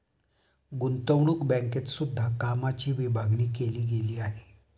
गुतंवणूक बँकेत सुद्धा कामाची विभागणी केली गेली आहे